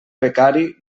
becari